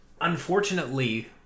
Unfortunately